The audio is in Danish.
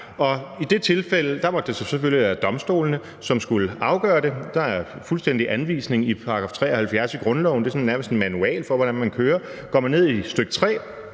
i det tilfælde måtte det selvfølgelig være domstolene, som skulle afgøre det. Det er fuldstændig anvist i § 73 i grundloven; det er sådan nærmest en manual for, hvordan man kører det. Går man ned i stk.